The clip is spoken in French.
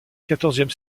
quatorzième